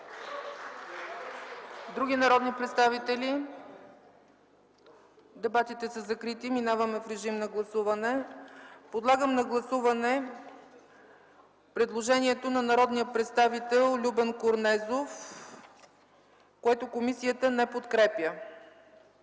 Други народни представители? Дебатите са закрити. Минаваме в режим на гласуване. Подлагам на гласуване предложението на народния представител Любен Корнезов, което комисията не подкрепя.